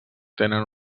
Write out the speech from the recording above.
tenen